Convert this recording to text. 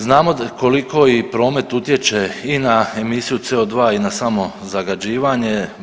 Znamo koliko i promet utječe i na emisiju CO2 i na samo zagađivanje.